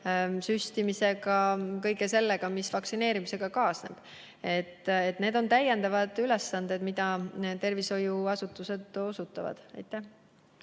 süstimisega, kõige sellega, mis vaktsineerimisega kaasneb. Need on täiendavad ülesanded, mida tervishoiuasutused osutavad.